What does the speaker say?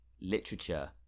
literature